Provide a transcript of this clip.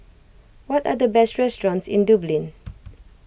what are the best restaurants in Dublin